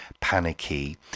panicky